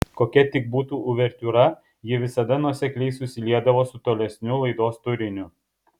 kokia tik būtų uvertiūra ji visada nuosekliai susiliedavo su tolesniu laidos turiniu